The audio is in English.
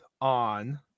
on